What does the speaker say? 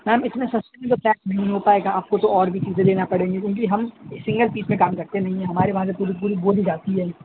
میم اِس میں سستی نہیں ہو پائے گا آپ کو کچھ اور بھی چیزیں لینا پڑیں گی کیونکہ ہم سنگل پیس میں کام کرتے نہیں ہیں ہمارے وہاں سے پوری پوری بوری جاتی ہے